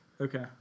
Okay